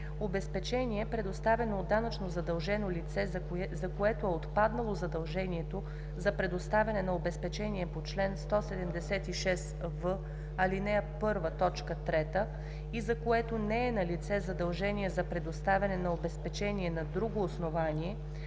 Обезпечение, предоставено от данъчно задължено лице, за което е отпаднало задължението за предоставяне на обезпечение по чл.176в, ал. 1, т. 3 и за което не е налице задължение за предоставяне на обезпечение на друго основание,